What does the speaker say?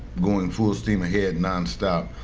going full steam ahead nonstop.